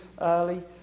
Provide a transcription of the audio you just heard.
early